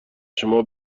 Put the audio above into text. شما